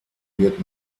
wird